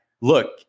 look